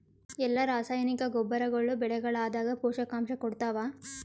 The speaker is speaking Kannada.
ಎಲ್ಲಾ ರಾಸಾಯನಿಕ ಗೊಬ್ಬರಗೊಳ್ಳು ಬೆಳೆಗಳದಾಗ ಪೋಷಕಾಂಶ ಕೊಡತಾವ?